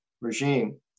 regime